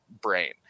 brain